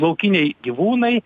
laukiniai gyvūnai